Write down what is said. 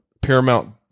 Paramount